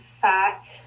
fat